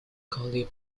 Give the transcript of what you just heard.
college